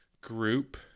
group